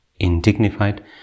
indignified